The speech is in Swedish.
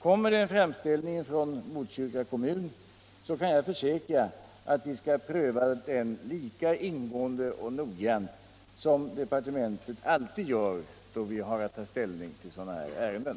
Kommer det en framställning från Botkyrka kommun kan jag försäkra att vi skall pröva den lika ingående och noggrant som departementet alltid gör då vi har att ta ställning till sådana här ärenden.